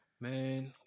Man